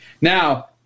Now